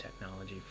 technology